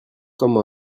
comme